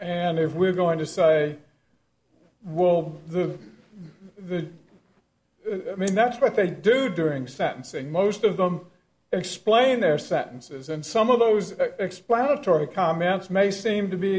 and if we're going to say well the i mean that's what they do during sentencing most of them explain their sentences and some of those explanatory comments may seem to be